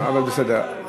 אבל בסדר.